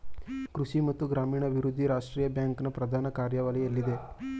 ಕೃಷಿ ಮತ್ತು ಗ್ರಾಮೀಣಾಭಿವೃದ್ಧಿ ರಾಷ್ಟ್ರೀಯ ಬ್ಯಾಂಕ್ ನ ಪ್ರಧಾನ ಕಾರ್ಯಾಲಯ ಎಲ್ಲಿದೆ?